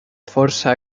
força